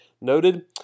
noted